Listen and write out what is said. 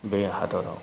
बे हादराव